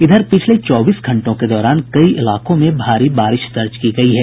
इधर पिछले चौबीस घंटों के दौरान कई इलाकों में भारी बारिश दर्ज की गयी है